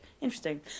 Interesting